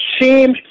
seems